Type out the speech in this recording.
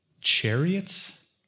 chariots